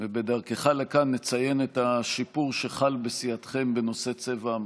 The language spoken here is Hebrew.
בדרכך לכאן נציין את השיפור שחל בסיעתכם בנושא צבע המסכות.